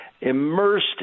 immersed